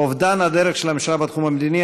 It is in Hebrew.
אובדן הדרך של הממשלה בתחום המדיני,